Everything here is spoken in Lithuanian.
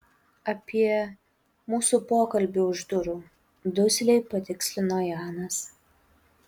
apie mūsų pokalbį už durų dusliai patikslino janas